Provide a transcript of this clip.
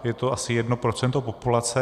Je to asi jedno procento populace.